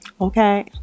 Okay